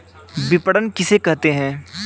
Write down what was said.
विपणन किसे कहते हैं?